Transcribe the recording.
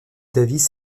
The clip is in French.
davis